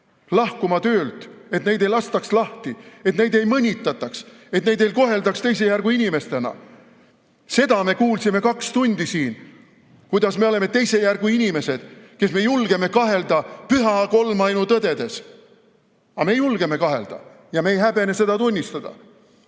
lahkuma töölt, et neid ei lastaks lahti, et neid ei mõnitataks, et neid ei koheldaks teise järgu inimestena. Seda me kuulsime kaks tundi siin, kuidas me oleme teise järgu inimesed, kes me julgeme kahelda püha kolmainu tõdedes. Aga me julgeme kahelda ja me ei häbene seda tunnistada.